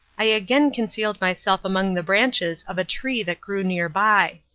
i again concealed myself among the branches of a tree that grew near by.